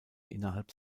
innerhalb